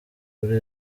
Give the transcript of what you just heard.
kuri